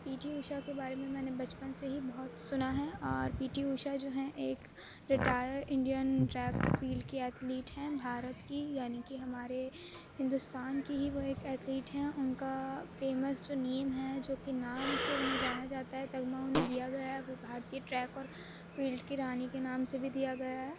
پی T Usha کے بارے میں نے بچپن سے ہی بہت سنا ہے اور پی ٹی اوشا جو ہیں ایک ریٹائر انڈین ڈرائگ فیلڈ کی ایتھلیٹ ہیں بھارت کی یعنی کہ ہمارے ہندوستان کی ہی وہ ایک ایتھلیٹ ہیں ان کا فیمس جو نیم ہے جوکہ نام سے انہیں جانا جاتا ہے تمغہ انہیں دیا گیا ہے وہ بھارتیہ ٹریکر فیلڈ کی رانی کے نام سے بھی دیا گیا ہے